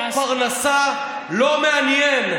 לא פרנסה, לא מעניין.